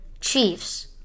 Chiefs